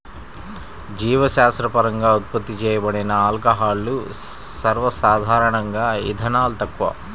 జీవశాస్త్రపరంగా ఉత్పత్తి చేయబడిన ఆల్కహాల్లు, సర్వసాధారణంగాఇథనాల్, తక్కువ